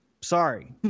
Sorry